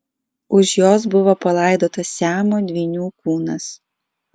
už jos buvo palaidotas siamo dvynių kūnas